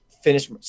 finish